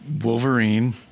Wolverine